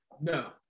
No